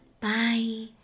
Bye